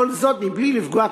כל זאת מבלי לפגוע,